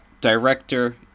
director